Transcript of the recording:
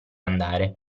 andare